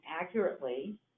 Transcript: accurately